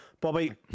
Bobby